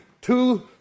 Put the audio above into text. two